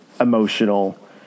emotional